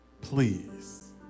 please